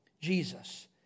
Jesus